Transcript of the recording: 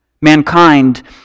Mankind